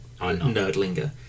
nerdlinger